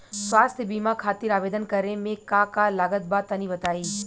स्वास्थ्य बीमा खातिर आवेदन करे मे का का लागत बा तनि बताई?